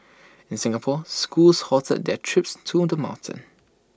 in Singapore schools halted their trips to the mountain